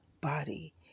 body